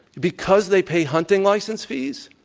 because they pay hunting licensefees?